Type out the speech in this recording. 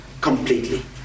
completely